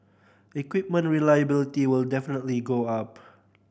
equipment reliability will definitely go up